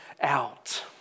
out